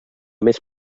més